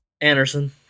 Anderson